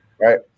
Right